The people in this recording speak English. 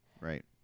Right